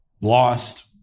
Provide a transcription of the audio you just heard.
lost